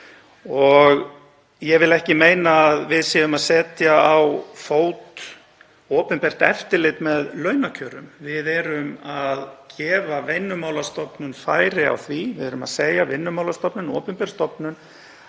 Ég vil ekki meina að við séum að setja á fót opinbert eftirlit með launakjörum. Við erum að gefa Vinnumálastofnun færi á því — við erum að segja: Vinnumálastofnun, opinber stofnun,